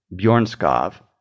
Bjornskov